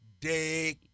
Day